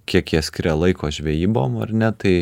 kiek jie skiria laiko žvejybom ar ne tai